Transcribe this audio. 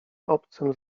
obcym